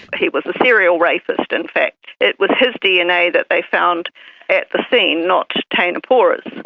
he was a serial rapist in fact. it was his dna that they found at the scene, not teina pora's.